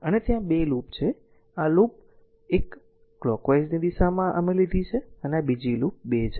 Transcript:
અને ત્યાં 2 લૂપ છે આ લૂપ 1 કલોકવાઈઝની દિશામાં અમે લીધેલ છે અને આ બીજી લૂપ 2 છે